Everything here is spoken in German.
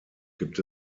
gibt